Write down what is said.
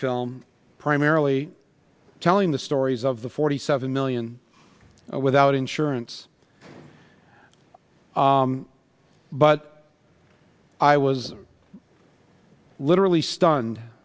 film primarily telling the stories of the forty seven million without insurance but i was literally stunned